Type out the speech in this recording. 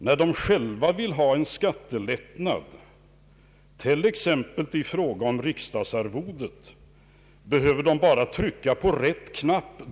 När de själva vill ha en skattelättnad, t.ex. i fråga om riksdagsarvodet, behöver de bara trycka på rätt knapp.